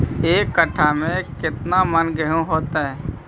एक कट्ठा में केतना मन गेहूं होतै?